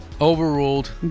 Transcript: Overruled